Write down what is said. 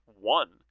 one